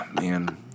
Man